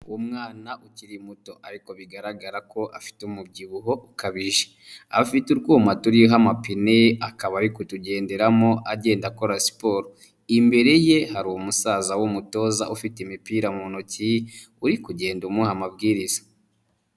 Umwana ukiri muto ariko bigaragara ko afite umubyibuho ukabije afite urwuma turiho amapine akaba ari kutugenderamo agenda akora siporo, imbere ye hari umusaza w'umutoza ufite imipira mu ntoki uri kugenda umuha amabwiriza.